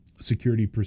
security